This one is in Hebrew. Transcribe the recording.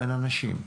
אין אנשים.